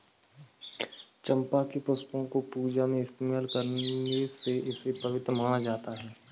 चंपा के पुष्पों को पूजा में इस्तेमाल करने से इसे पवित्र माना जाता